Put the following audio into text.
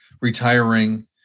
retiring